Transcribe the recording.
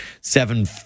seven